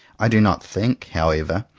i do not think, how ever,